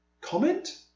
comment